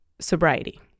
sobriety